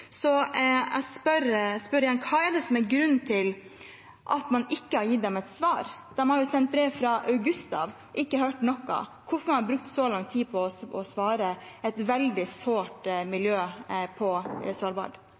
Så jeg spør igjen: Hva er grunnen til at man ikke har gitt dem et svar? De har jo sendt brev siden august, men ikke hørt noe. Hvorfor har man brukt så lang tid på å svare et veldig sårbart miljø på Svalbard?